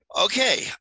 okay